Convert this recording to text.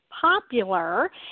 popular